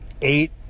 eight